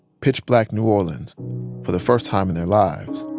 pitch-black new orleans for the first time in their lives.